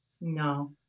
No